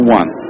one